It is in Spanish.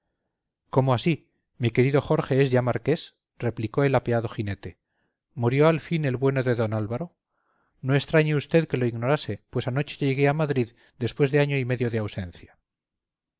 cómo así mi querido jorge es ya marqués replicó el apeado jinete murió al fin el bueno de don álvaro no extrañe usted que lo ignorase pues anoche llegué a madrid después de año y medio de ausencia